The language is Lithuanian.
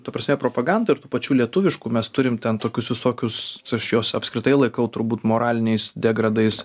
ta prasme propaganda ir tų pačių lietuviškų mes turim tokius visokius aš juos apskritai laikau turbūt moraliniais degradais